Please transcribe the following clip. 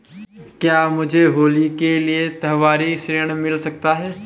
क्या मुझे होली के लिए त्यौहारी ऋण मिल सकता है?